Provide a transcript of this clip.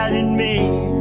ah in me.